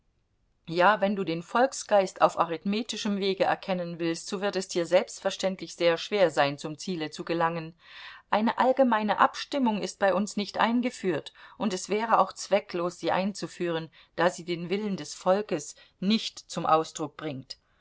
ja wenn du den volksgeist auf arithmetischem wege erkennen willst so wird es dir selbstverständlich sehr schwer sein zum ziele zu gelangen eine allgemeine abstimmung ist bei uns nicht eingeführt und es wäre auch zwecklos sie einzuführen da sie den willen des volkes nicht zum ausdruck bringt